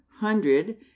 hundred